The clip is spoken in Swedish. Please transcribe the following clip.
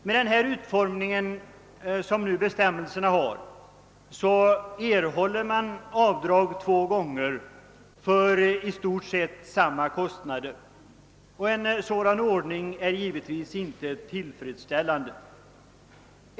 Med den utformning som bestämmelserna nu har erhåller man avdrag två gånger för i stort sett samma kostnader. En sådan ordning är givetvis inte tillfredsställande.